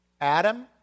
Adam